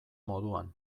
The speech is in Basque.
moduan